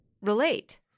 relate